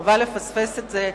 חבל לפספס את זה.